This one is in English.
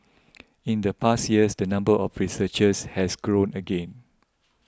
in the past years the number of researchers has grown again